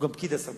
הם פקידי השמה.